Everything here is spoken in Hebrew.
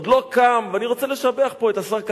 עוד לא קם, ואני רוצה לשבח פה את השר כחלון.